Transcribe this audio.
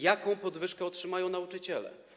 Jaką podwyżkę otrzymają nauczyciele?